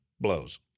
blows